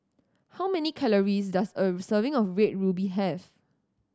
how many calories does a serving of Red Ruby have